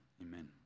amen